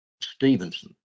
Stevenson